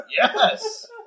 yes